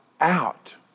out